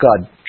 God